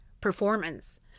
performance